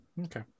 Okay